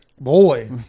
Boy